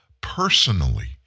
personally